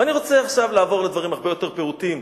ואני רוצה עכשיו לעבור לדברים הרבה יותר פעוטים.